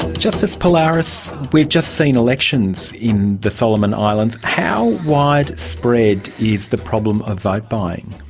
justice pallaras, we've just seen elections in the solomon islands, how widespread is the problem of vote buying?